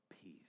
peace